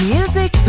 Music